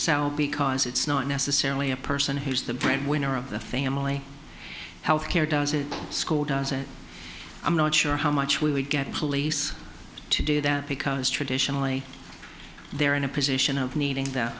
sell because it's not necessarily a person who's the breadwinner of the family health care does it school does it i'm not sure how much we get police to do that because traditionally they're in a position of needing th